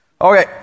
Okay